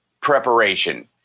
preparation